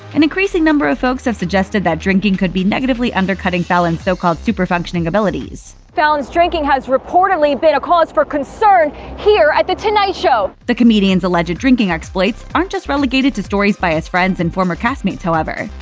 an increasing number of folks have suggested that drinking could be negatively undercutting fallon's so-called superfunctioning abilities. fallon's drinking has reportedly been a cause for concern here at the tonight show. the comedian's alleged drinking exploits aren't just relegated to stories by his friends and former castmates, however.